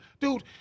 dude